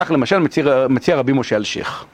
וכך למשל מציע רבי משה אלשיך